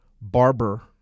barber